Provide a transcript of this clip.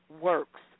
works